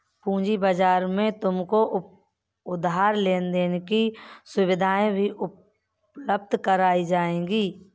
पूँजी बाजार में तुमको उधार लेने की सुविधाएं भी उपलब्ध कराई जाएंगी